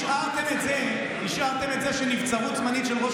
השארתם את זה שנבצרות זמנית של ראש